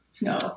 No